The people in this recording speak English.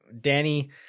Danny